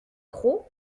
croc